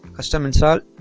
custom insult